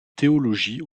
théologie